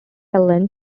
allen